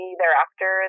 thereafter